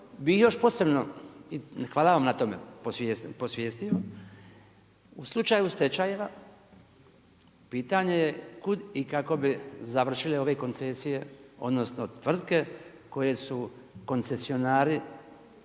bi još posebno i hvala van na tome, posvjestio, u slučaju stečajeva, pitanje je kud i kako bi završile ove koncesije, odnosno, tvrtke koje su koncesionari,